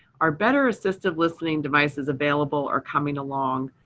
are better assistive listening devices available or coming along?